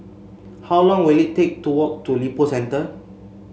how long will it take to walk to Lippo Centre